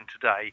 today